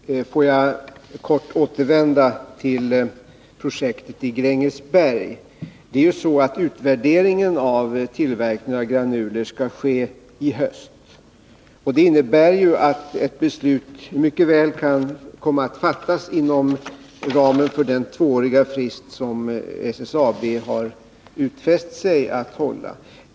Herr talman! Jag vill kort återvända till projektet i Grängesberg. Utvärderingen av tillverkningen av granuler skall ske i höst. Det innebär att ett beslut mycket väl kan komma att fattas inom ramen för den tvååriga frist som SSAB har utfäst sig att hålla.